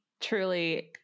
truly